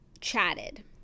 chatted